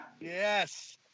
Yes